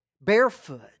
barefoot